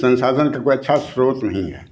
संसाधन का कोई अच्छा स्रोत नहीं है